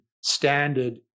standard